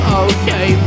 okay